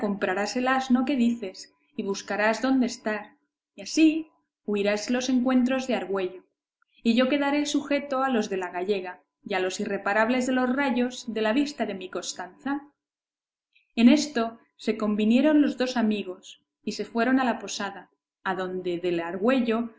asno que dices y buscarás dónde estar y así huirás los encuentros de argüello y yo quedaré sujeto a los de la gallega y a los irreparables de los rayos de la vista de mi costanza en esto se convinieron los dos amigos y se fueron a la posada adonde de la argüello